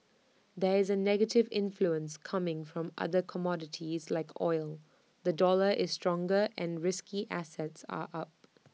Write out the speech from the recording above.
there is A negative influence coming from other commodities like oil the dollar is stronger and risky assets are up